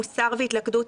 מוסר והתלכדות,